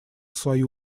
свою